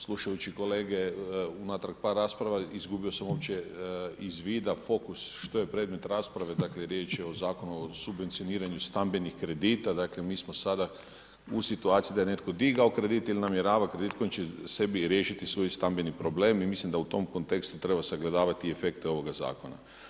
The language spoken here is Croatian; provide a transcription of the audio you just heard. Slušajući kolege unatrag par rasprava izgubio sam uopće iz vida fokus što je predmet rasprave dakle riječ je o Zakonu o subvencioniranju stambenih kredita, dakle mi smo sada u situaciji da je netko digao kredit ili namjera kreditom riješiti svoj stambeni problem i mislim da u tom kontekstu treba sagledavati efekte ovoga zakona.